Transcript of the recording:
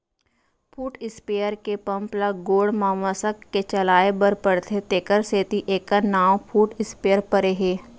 foot sprayer के pump ल गोड़ म मसक के चलाए बर परथे तेकर सेती एकर नांव फुट स्पेयर परे हे